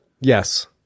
Yes